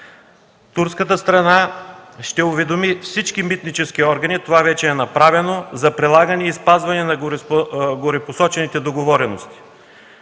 Турската страна ще уведоми всички митнически органи – това вече е направено, за прилагане и спазване на горепосочените договорености.